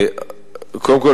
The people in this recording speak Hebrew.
קודם כול,